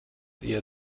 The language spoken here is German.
ihr